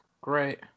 great